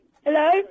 Hello